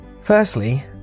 Firstly